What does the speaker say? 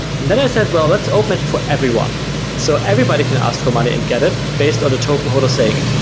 and then i said, well, let's open it for everyone so everybody can ask for money and get it based on the token holders saying it.